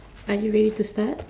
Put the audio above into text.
are you ready to start